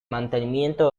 mantenimiento